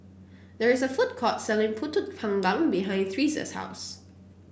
there is a food court selling pulut panggang behind Thresa's house